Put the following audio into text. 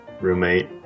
roommate